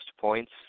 points